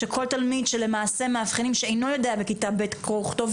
שכל תלמיד שלמעשה מאבחנים שאינו יודע בכיתה ב' קרוא וכתוב,